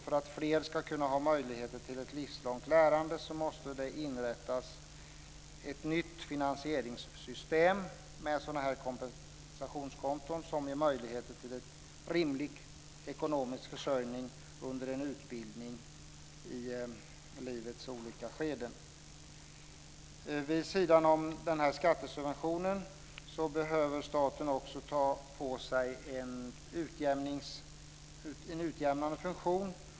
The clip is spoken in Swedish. För att fler ska kunna få möjlighet till ett livslångt lärande måste det inrättas ett nytt finansieringssystem med kompensationskonton som ger möjligheter till en rimlig ekonomisk försörjning under en utbildning i livets olika skeden. Vid sidan av den här skattesubventionen behöver staten också ta på sig en utjämnande funktion.